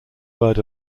word